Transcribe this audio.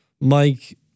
Mike